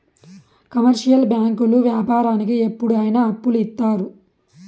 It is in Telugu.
కమర్షియల్ బ్యాంకులు వ్యాపారానికి ఎప్పుడు అయిన అప్పులు ఇత్తారు